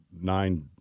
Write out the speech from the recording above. nine